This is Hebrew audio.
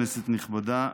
כנסת נכבדה,